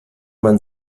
man